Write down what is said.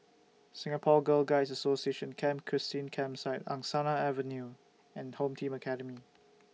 Singapore Girl Guides Association Camp Christine Campsite Angsana Avenue and Home Team Academy